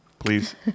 Please